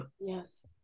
yes